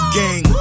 gang